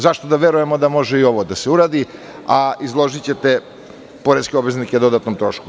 Zašto da verujemo da može i ovo da se uradi, a izložićete poreske obveznike dodatnom trošku?